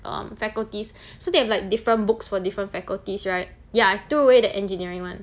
um faculties so they have like different books for different faculties right ya I threw away the engineering one